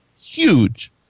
huge